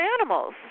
animals